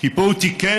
כי פה הוא תיקן,